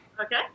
Okay